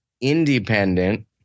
independent